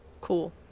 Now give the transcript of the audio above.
Cool